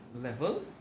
level